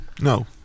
No